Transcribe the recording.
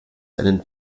einen